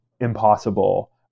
impossible